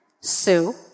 Sue